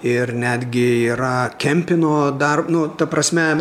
ir netgi yra kempino dar nu ta prasme